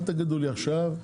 אל תגידו לי עכשיו,